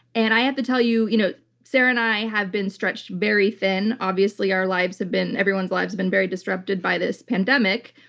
and i have to tell you, you know sarah and i have been stretched very thin. obviously our lives have been. everyone's lives have been very disrupted by this pandemic,